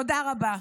תודה רבה.